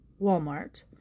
Walmart